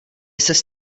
ses